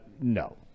No